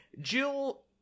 Jill